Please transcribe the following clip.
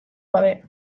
gabe